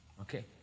Okay